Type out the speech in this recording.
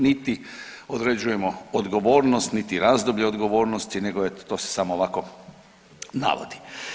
Niti određujemo odgovornost, niti razdoblje odgovornosti nego eto to se samo ovako navodi.